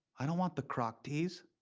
i don't want the crock-tease.